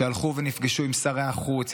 שהלכו ונפגשו עם שרי החוץ,